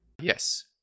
yes